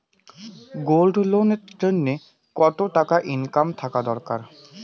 Gold loan এর জইন্যে কতো টাকা ইনকাম থাকা দরকার?